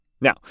Now